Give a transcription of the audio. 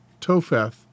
Topheth